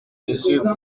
monsieur